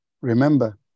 remember